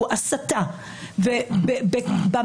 אם אין לנו את היכולת להגיע אליו וזה יכול להיות במנעד